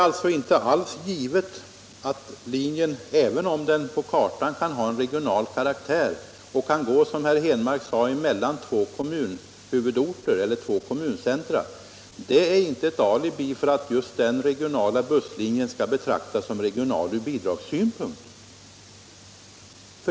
Att en linje, som på kartan kan ha regional karaktär och — som i det av herr. Henmark anförda exemplet — går mellan två kommuncentra, är ingen garanti för att den skall betraktas som regional ur bidragssynpunkt.